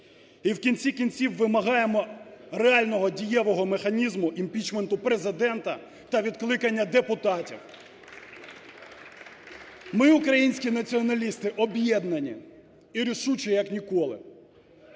І в кінці кінців вимагаємо реального, дієвого механізму імпічменту Президента та відкликання депутатів. Ми, українські націоналісти, об'єднані і рішучі як ніколи.